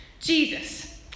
Jesus